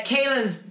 Kayla's